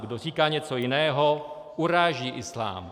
Kdo říká něco jiného, uráží islám.